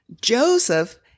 Joseph